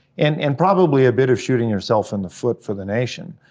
and and probably a bit of shooting yourself in the foot for the nation.